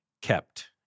kept